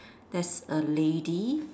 there's a lady